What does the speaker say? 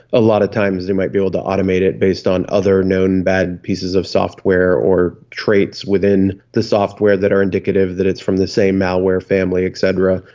a lot of times they might be able to automate it based on other known bad pieces of software or traits within the software that are indicative that it's from the same malware family et cetera.